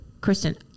Kristen